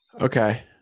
Okay